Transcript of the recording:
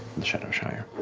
the shadowshire.